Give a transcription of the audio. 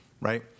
right